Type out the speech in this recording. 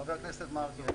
חבר הכנסת מרגי,